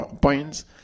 points